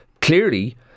clearly